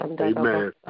Amen